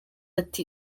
ati